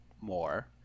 more